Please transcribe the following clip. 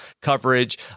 coverage